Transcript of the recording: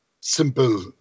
simple